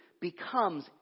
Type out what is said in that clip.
becomes